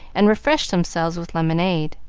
and refreshed themselves with lemonade.